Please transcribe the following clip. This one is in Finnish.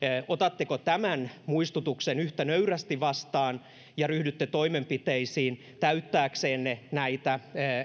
otatteko tämän muistutuksen yhtä nöyrästi vastaan ja ryhdytte toimenpiteisiin täyttääksenne näitä